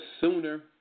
sooner